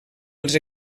els